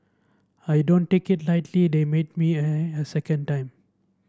I don't take it lightly they made me a a second time